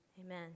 Amen